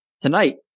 Tonight